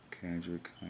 Kendrick